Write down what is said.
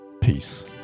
peace